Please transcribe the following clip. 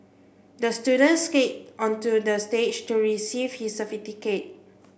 the student skated onto the stage to receive his certificate